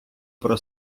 про